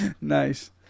Nice